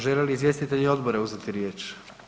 Žele li izvjestitelji odbora uzeti riječ?